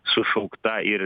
sušaukta ir